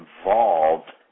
involved